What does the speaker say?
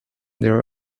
their